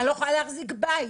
אני לא יכולה להחזיק בית.